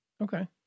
Okay